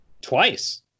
twice